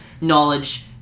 knowledge